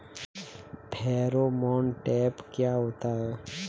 Pheromone trap क्या होता है?